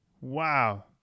Wow